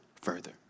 further